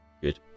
Good